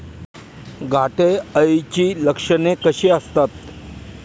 घाटे अळीची लक्षणे कशी असतात?